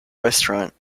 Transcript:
restaurant